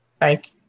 Thank